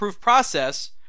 process